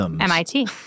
MIT